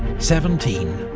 seventeen.